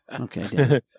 Okay